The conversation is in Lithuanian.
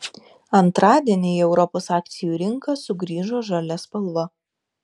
antradienį į europos akcijų rinką sugrįžo žalia spalva